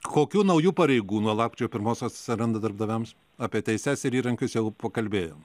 kokių naujų pareigų nuo lapkričio pirmos atsiranda darbdaviams apie teises ir įrankius jau pakalbėjome